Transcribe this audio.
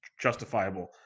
justifiable